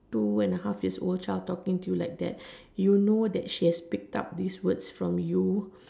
two and a half years old child talking to you like that you know that she has picked up these words from you